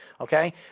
Okay